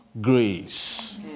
grace